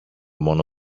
μόνο